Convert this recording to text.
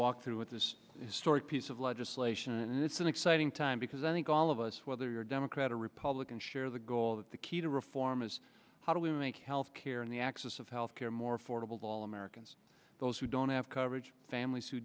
walk through with this sort of piece of legislation and it's an exciting time because i think all of us whether you're democrat or republican share the goal that the key to reform is how do we make health care and the axis of health care more affordable to all americans those who don't have coverage families who